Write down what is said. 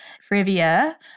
trivia